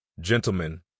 Gentlemen